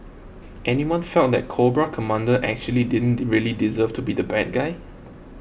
anyone felt that Cobra Commander actually didn't really deserve to be the bad guy